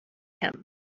him